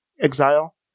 exile